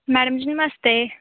madam ji नमस्ते